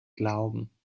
glauben